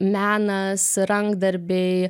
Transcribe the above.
menas rankdarbiai